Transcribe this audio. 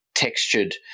Textured